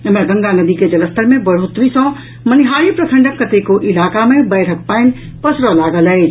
एम्हर गंगा नदी के जलस्तर मे बढ़ोतरी सँ मनिहारी प्रखंडक कतेको इलाका मे बाढ़िक पानि पसरऽ लागल अछि